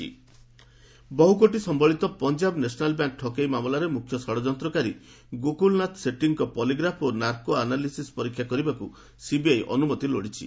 CBI PNB scam ବହୁକୋଟି ସମ୍ଭଳିତ Punjab national bank ଠକେଇ ମାମଲାରେ ମୁଖ୍ୟ ଷଡ଼ଯନ୍ତ୍ରକାରୀ ଗୋକୁଳନାଥ ସେଟ୍ଟୀଙ୍କ ପଲିଗ୍ରାଫ୍ ଓ ନାର୍କୋ ଆନାଲିସସ୍ ପରୀକ୍ଷା କରିବାକୁ ସିବିଆଇ ଅନୁମତି ଲୋଡ଼ିଛି